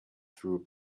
through